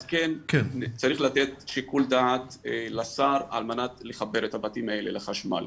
אז כן צריך לתת שיקול דעת לשר על מנת לחבר את הבתים האלה לחשמל.